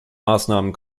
maßnahmen